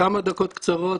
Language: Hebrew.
בכמה דקות קצרות,